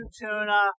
tuna